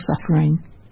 suffering